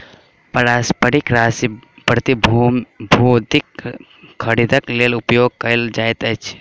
पारस्परिक राशि प्रतिभूतिक खरीदक लेल उपयोग कयल जाइत अछि